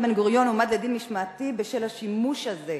בן-גוריון הועמד לדין משמעתי בשל השימוש הזה